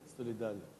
סולידריות.